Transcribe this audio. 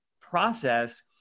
process